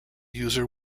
user